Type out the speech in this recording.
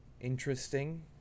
interesting